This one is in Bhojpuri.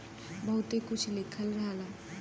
बहुते कुछ लिखल रहला